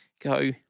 Go